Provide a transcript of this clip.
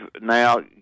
now